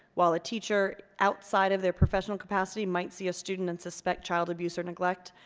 while a teacher outside of their professional capacity might see a student and suspect child abuse or neglect,